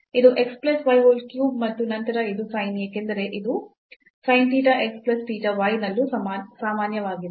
ಇದು x plus y whole cube ಮತ್ತು ನಂತರ ಇದು sin ಏಕೆಂದರೆ ಇದು sin theta x plus theta y ನಲ್ಲೂ ಸಾಮಾನ್ಯವಾಗಿದೆ